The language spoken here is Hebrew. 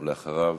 ואחריו,